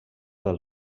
del